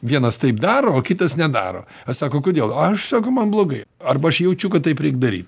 vienas taip daro o kitas nedaro sako kodėl aš sako man blogai arba aš jaučiu kad taip reik daryt